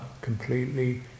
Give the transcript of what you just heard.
completely